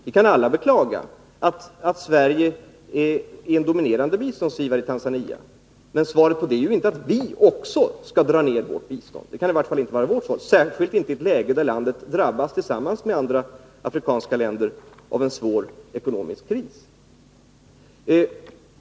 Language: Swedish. Vi kan alla beklaga att Sverige är en dominerande biståndsgivare i Tanzania. Men det får ju inte leda till att vi skall dra ned vårt bistånd — det kan i varje fall inte vi från socialdemokratiskt håll gå med på — särskilt inte i ett läge då landet drabbas tillsammans med andra afrikanska länder av en svår ekonomisk kris.